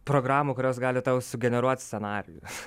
programų kurios gali tau sugeneruot scenarijų